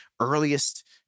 earliest